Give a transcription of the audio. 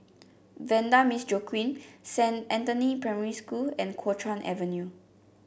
Vanda Miss Joaquim Saint Anthony Primary School and Kuo Chuan Avenue